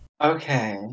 Okay